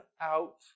out